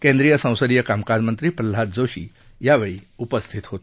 केंद्रीय संसदीय कामकाज मंत्री प्रल्हाद जोशी यावेळी उपस्थित होते